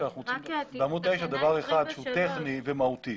בעמוד 9 דבר אחד שהוא טכני ומהותי.